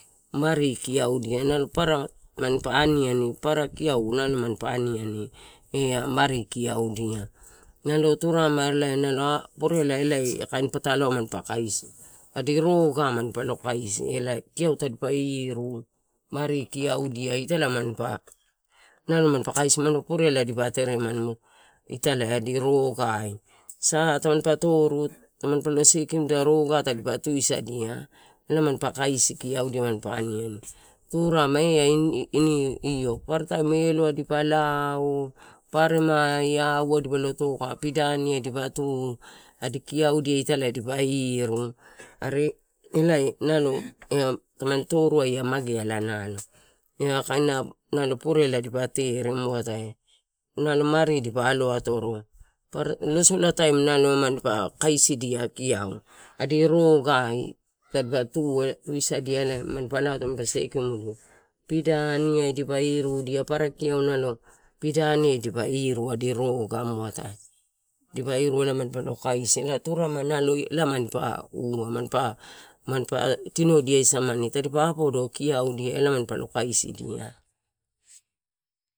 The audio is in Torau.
Mari kiaodia nampara mampa aniani, para kiaodia nanpa aniani, ia mari kiaodia. Nalo turarema nalo purela elae la kain pataloai mampa kaisi, adi rogai mani polo kaisi elai kio tadipa iru, mari kiodia, itela mampa. Nalo man pakaisi nam purela dipa teremani italae adi rogai, saha tonpa torot, manipalo sekimdia adi rogai, tadipa tusadia guna. Na mampa kaisidia kiodia mampa aniani turarema ea ini io, paparataim eloai dipa lao, papararemai auai dipole toka, pidaniai dipa tu, adi kiodia italae dipa iru are elae, nalo en tamani toruai ia mageala, ea kaina, purela, dipa tere, muatae, nalo mari dipa alo atoro, para, losolataim mampa kaisidia kio adi rogai tadipa tusadia mampa lao, mampa sekimudia paparataimu adi kio pidaniai dipa iru, adi roga. Turarema ela mampa tinodia samani, tadipa apodo kiaudia ela mampolo kaisi dia.